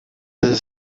the